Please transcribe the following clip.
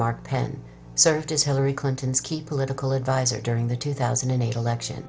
mark penn served as hillary clinton's key political advisor during the two thousand and eight election